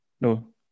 No